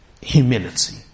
Humility